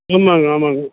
ஆமாங்க ஆமாங்க